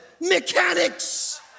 mechanics